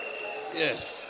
Yes